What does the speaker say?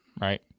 Right